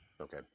Okay